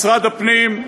משרד הפנים,